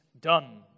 done